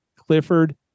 Clifford